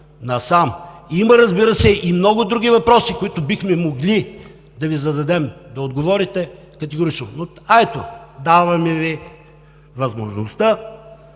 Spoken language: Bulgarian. насам? Има, разбира се, много други въпроси, които бихме могли да Ви зададем, да отговорите категорично. Ето, даваме Ви възможността